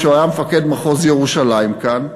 כשהוא היה מפקד מחוז ירושלים כאן,